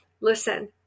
listen